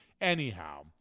Anyhow